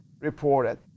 reported